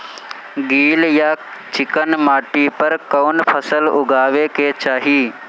गील या चिकन माटी पर कउन फसल लगावे के चाही?